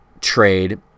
trade